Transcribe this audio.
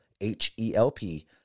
H-E-L-P